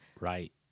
Right